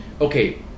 okay